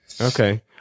Okay